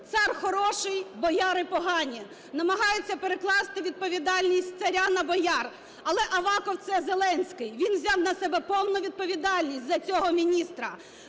"Цар хороший – бояри погані", намагаються перекласти відповідальність з царя на бояр. Але Аваков – це Зеленський. Він взяв на себе повну відповідальність за цього міністра.